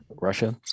Russia